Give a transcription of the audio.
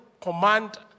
command